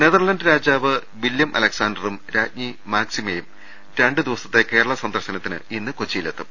Netherland രാജാവ് William അലക്സാണ്ടറും രാജ്ഞി മാക്സിമയും രണ്ടു ദിവ സത്തെ കേരള സന്ദർശനത്തിനായി ഇന്ന് കൊച്ചിയിലെത്തും